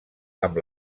amb